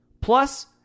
Plus